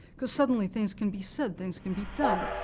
because suddenly things can be said, things can be done.